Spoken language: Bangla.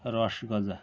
রস গজা